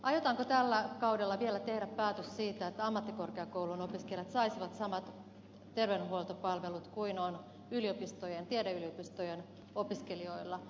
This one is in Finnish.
aiotaanko tällä kaudella vielä tehdä päätös siitä että ammattikorkeakoulun opiskelijat saisivat samat terveydenhuoltopalvelut kuin on tiedeyliopistojen opiskelijoilla